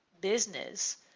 business